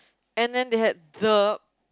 and then they had the